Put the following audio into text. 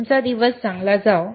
तुमचा दिवस चांगला जावो